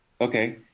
Okay